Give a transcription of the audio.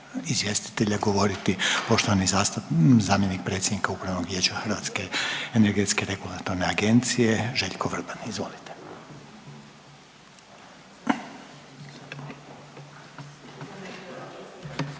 izvjestitelja govoriti poštovani zamjenik predsjednika Upravnog vijeća Hrvatske energetske regulatorne agencije Željko Vrban, izvolite.